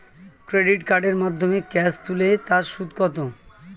Credit কার্ডের মাধ্যমে cash তুলে তার সুদ কত?